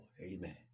Amen